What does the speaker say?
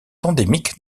endémique